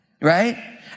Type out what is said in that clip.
right